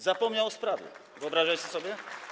Zapomniał o sprawie, wyobrażacie sobie?